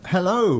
Hello